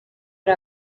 ari